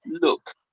look